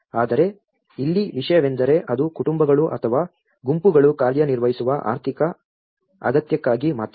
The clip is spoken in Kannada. ಆದರೆ ಇಲ್ಲಿ ವಿಷಯವೆಂದರೆ ಅದು ಕುಟುಂಬಗಳು ಅಥವಾ ಗುಂಪುಗಳು ಕಾರ್ಯನಿರ್ವಹಿಸುವ ಆರ್ಥಿಕ ಅಗತ್ಯಕ್ಕಾಗಿ ಮಾತ್ರವಲ್ಲ